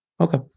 Okay